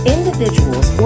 Individuals